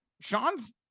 Sean's